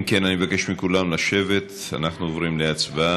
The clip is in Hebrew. אם כן, אני מבקש מכולם לשבת, אנחנו עוברים להצבעה.